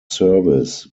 service